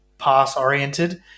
pass-oriented